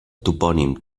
topònim